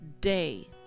day